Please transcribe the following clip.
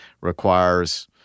requires –